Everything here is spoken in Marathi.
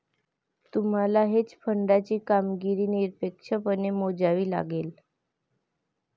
तुम्हाला हेज फंडाची कामगिरी निरपेक्षपणे मोजावी लागेल